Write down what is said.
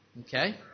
Okay